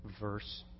verse